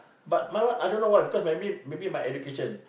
but my one I don't know why maybe maybe my education